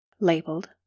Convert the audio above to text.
labeled